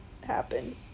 happen